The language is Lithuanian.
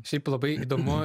šiaip labai įdomu